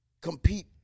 compete